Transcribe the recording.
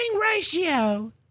ratio